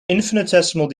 infinitesimal